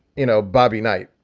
you know, bobby knight,